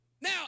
now